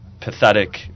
pathetic